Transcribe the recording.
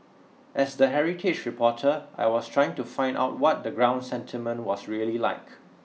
as the heritage reporter I was trying to find out what the ground sentiment was really like